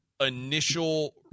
initial